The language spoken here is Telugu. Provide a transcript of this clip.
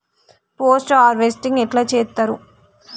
పోస్ట్ హార్వెస్టింగ్ ఎట్ల చేత్తరు?